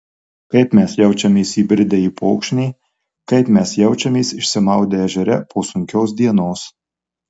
kaip mes jaučiamės įbridę į upokšnį kaip mes jaučiamės išsimaudę ežere po sunkios dienos